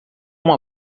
uma